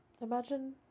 Imagine